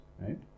Right